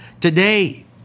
Today